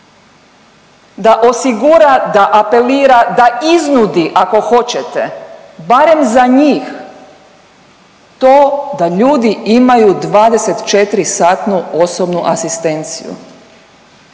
da osigura, da apelira, da iznudi, ako hoćete barem za njih to da ljudi imaju 24 sati osobnu asistenciju.